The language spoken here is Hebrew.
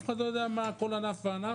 אף אחד לא יודע מה צריך כל ענף וענף.